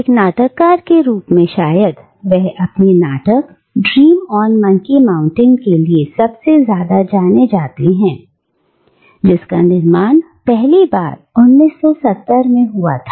एक नाटककार के रूप में शायद वह अपने नाटक ड्रीम ऑन मंकी माउंटेन के लिए सबसे ज्यादा जाने जाते हैं जिसका निर्माण पहली बार 1970 में हुआ था